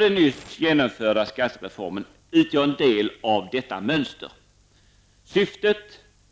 Den nyss genomförda skattereformen utgör en del av detta mönster. Syftet